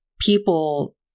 people